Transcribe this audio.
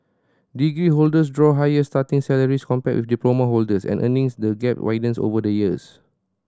degree holders draw higher starting salaries compared with diploma holders and the earnings gap widens over the years